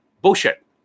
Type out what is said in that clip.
bullshit